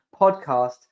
podcast